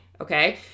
okay